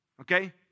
Okay